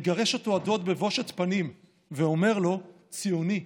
מגרש אותו הדוד בבושת פנים ואומר לו: ציוני,